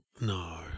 No